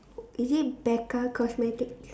is it Becca cosmetics